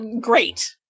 great